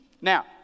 now